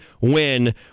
win